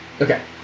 Okay